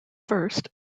first